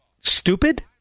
stupid